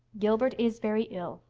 gilbert is very ill,